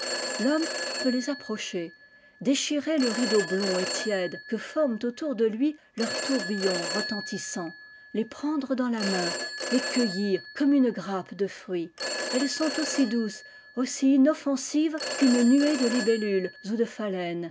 thomme peut les approcher déchirer le rideau blond et tiède que forment autour de lui leurs tourbillons ralentissants les prendre dans la main les cueillir comme une grappe de fruits elles sont aussi douces aussi inoffensives qu'une nuée de libellules ou de phalènes